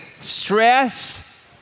stress